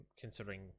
considering